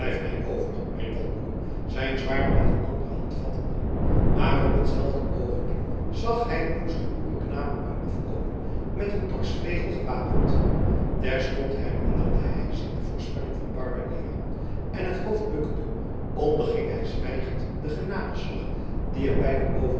mij over riep walcourt zijn zwaard met de andere hand vattende maar op hetzelfde oogenblik zag hij een woesten boerenknaap op hem afkomen met een dorschvlegel gewapend terstond herinnerde hij zich de voorspelling van barbanera en het hoofd bukkende onderging hij zwijgend den genadeslag die hem bij de